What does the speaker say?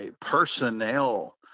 personnel –